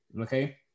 okay